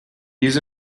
use